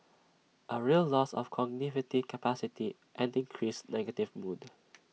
A real loss of capacity and increased negative mood